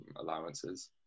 allowances